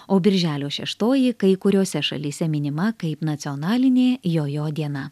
o birželio šeštoji kai kuriose šalyse minima kaip nacionalinė jojo diena